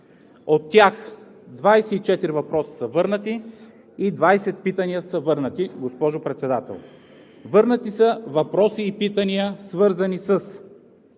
От тях 24 въпроса са върнати и 20 питания са върнати, госпожо Председател. Върнати са въпроси и питания, свързани с: